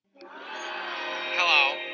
Hello